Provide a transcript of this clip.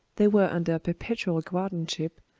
they were under perpetual guardianship,